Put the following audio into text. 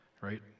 right